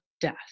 death